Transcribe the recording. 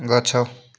ଗଛ